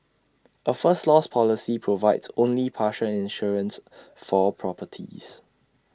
A first loss policy provides only partial insurance for properties